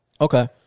Okay